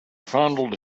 fondled